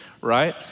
right